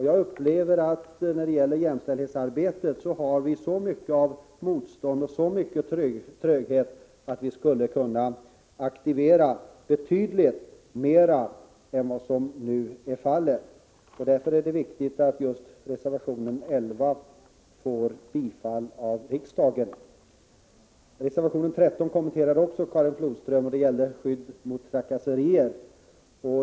Jag upplever att vi på jämställdhetsarbetets område har så mycket av motstånd och så stor tröghet att vi skulle kunna vara betydligt aktivare än vad som nu är fallet. Det är därför viktigt att just reservation 11 får bifall av riksdagen. Reservation 13 kommenterades också av Karin Flodström, och den gäller skydd mot trakasserier.